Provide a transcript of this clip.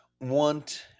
want